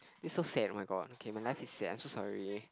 this is so sad oh-my-god okay my life is sad I'm so sorry